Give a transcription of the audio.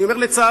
אני אומר לצערי,